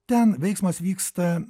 ten veiksmas vyksta